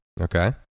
Okay